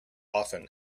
often